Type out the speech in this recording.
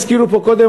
הזכירו פה קודם,